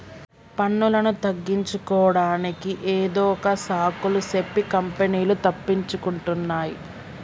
పన్నులను తగ్గించుకోడానికి ఏదొక సాకులు సెప్పి కంపెనీలు తప్పించుకుంటున్నాయ్